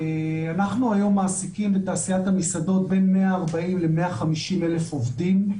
אנחנו היום מעסיקים בתעשיית המסעדות בין 140 ל-150 אלף עובדים.